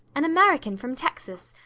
an american from texas,